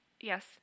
yes